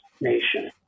nation